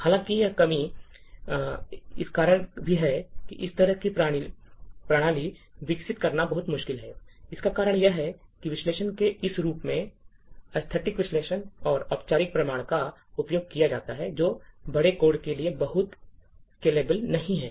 हालांकि यहां कमी यह है कि इस तरह की प्रणाली विकसित करना बहुत मुश्किल है इसका कारण यह है कि विश्लेषण के इस रूप में स्थैतिक विश्लेषण या औपचारिक प्रमाण का उपयोग किया जाता है जो बड़े कोड के लिए बहुत स्केलेबल नहीं हैं